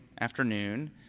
afternoon